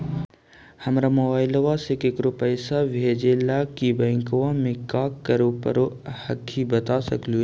हमरा मोबाइलवा से केकरो पैसा भेजे ला की बैंकवा में क्या करे परो हकाई बता सकलुहा?